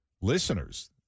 listeners